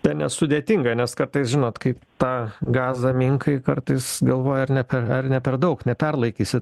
tai nesudėtinga nes kartais žinot kaip tą gazą minkai kartais galvoji ar ne per ar ne per daug neperlaikysi